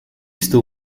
still